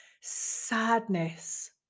sadness